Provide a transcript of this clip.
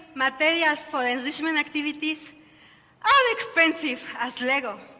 materials for enrichment activities are expensive as lego.